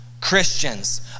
Christians